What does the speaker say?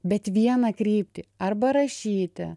bet vieną kryptį arba rašyti